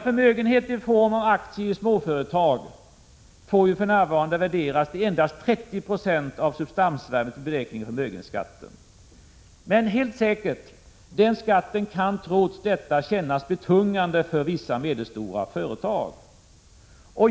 Förmögenheter i form av aktier i småföretag får vid beräkning av förmögenhetsskatten för närvarande värderas till endast 30 90 av substansvärdet. Trots detta kan denna skatt helt säkert kännas betungande för vissa medelstora företag.